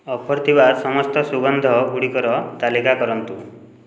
offer ଥିବା ସମସ୍ତ ସୁଗନ୍ଧ ଗୁଡ଼ିକର ତାଲିକା କରନ୍ତୁ